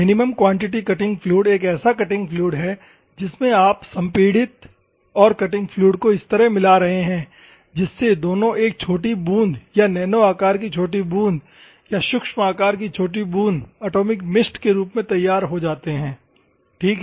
minimum quantity cutting fluid एक ऐसा cutting fluid है जिसमे आप संपीड़ित और कटिंग फ्लूइड को इस तरह मिला रहे है जिससे दोनों एक छोटी बूंद या नैनो आकार की छोटी बूंद या सूक्ष्म आकार की छोटी बूंद एटॉमिक मिस्ट के रूप में तैयार हो जाते है ठीक है